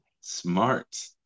Smart